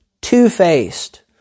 two-faced